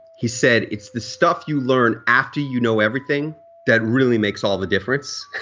he said it's the stuff you learn after you know everything that really makes all the difference.